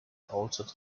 altered